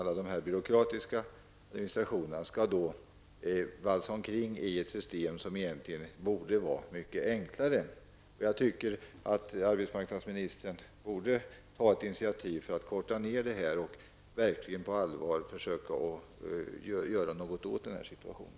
Alla de här byråkratiska administrationerna skall då valsa omkring i ett system som egentligen borde vara mycket enklare. Jag tycker att arbetsmarknadsministern borde ta ett initiativ för att korta ned tiderna och verkligen på allvar försöka göra något åt situationen.